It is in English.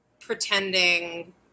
pretending